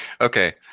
Okay